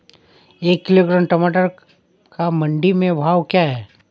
एक किलोग्राम टमाटर का मंडी में भाव क्या है?